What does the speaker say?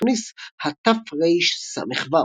בתוניס ה'תרס"ו.